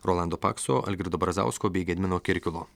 rolando pakso algirdo brazausko bei gedimino kirkilo